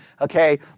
Okay